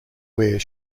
where